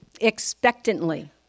expectantly